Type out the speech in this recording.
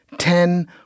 ten